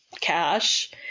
cash